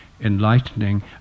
enlightening